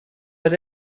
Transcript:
but